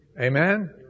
Amen